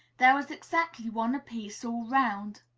there was exactly one a-piece, all round.